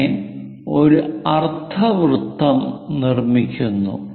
അങ്ങനെ ഒരു അർദ്ധവൃത്തം നിർമ്മിക്കുന്നു